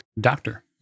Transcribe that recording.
Doctor